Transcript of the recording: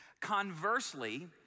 Conversely